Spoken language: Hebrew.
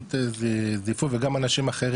שפשוט זייפו וגם אנשים אחרים,